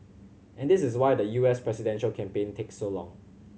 and this is why the U S presidential campaign takes so long